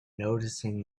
noticing